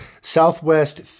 Southwest